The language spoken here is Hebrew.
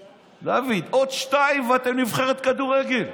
דוד, עוד שניים ואתם נבחרת כדורגל.